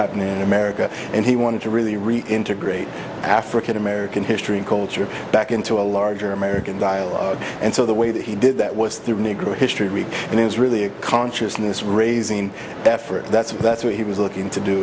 happening in america and he wanted to really really integrate african american history and culture back into a larger american dialogue and so the way that he did that was through negro history week and it was really a consciousness raising effort that's that's what he was looking to do